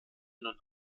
nun